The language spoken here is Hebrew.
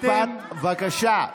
משפט, בבקשה.